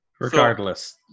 regardless